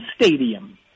Stadium